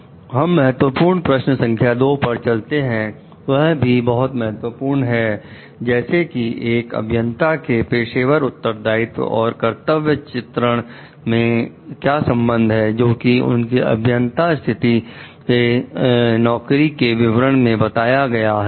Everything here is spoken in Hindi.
अब हम महत्वपूर्ण प्रश्न संख्या दो पर चलते हैं वह भी बहुत महत्वपूर्ण है जैसे कि एक अभियंता के पेशेवर उत्तरदायित्व और कर्तव्य चित्रण में क्या संबंध है जोकि उनके अभियंता स्थिति के नौकरी के विवरण में बताया गया है